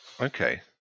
Okay